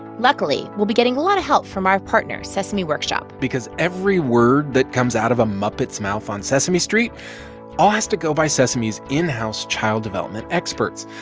luckily, we'll be getting a lot of help from our partner, sesame workshop. because every word that comes out of a muppet's mouth on sesame street all has to go by sesame's in-house child development experts.